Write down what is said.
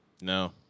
No